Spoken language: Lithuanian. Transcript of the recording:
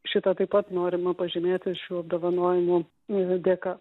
šito taip pat norima pažymėti šių apdovanojimų dėka